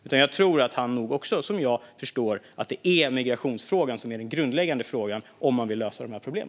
Utan jag tror att han också, liksom jag, förstår att det är migrationen som är den grundläggande frågan om man vill lösa dessa problem.